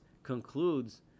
concludes